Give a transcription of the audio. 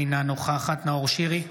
אינה נוכחת נאור שירי,